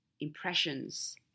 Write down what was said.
impressions